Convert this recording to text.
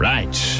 Right